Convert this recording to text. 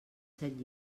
set